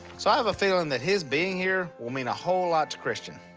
so i have a feeling that his being here will mean a whole lot to christian.